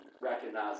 recognize